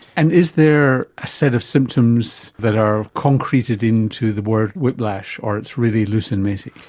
and is there a set of symptoms that are concreted in to the word whiplash, or it's really loose and messy?